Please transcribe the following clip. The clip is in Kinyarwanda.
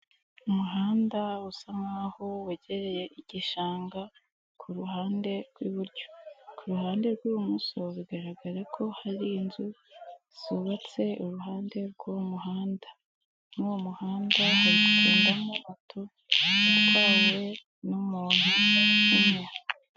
Umuhanda usa nkaho wegereye igishanga ku ruhande rw'iburyo, ku ruhande rw'ibumoso bigaragara ko hari inzu zubatse iruhande rwuwo muhanda, n'uwo muhanda uri kugendamo moto itwawe n'umuntu umwe.